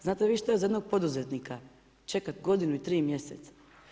Znate vi što je za jednog poduzetnika čekati godinu i tri mjeseca?